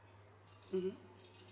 mmhmm